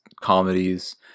comedies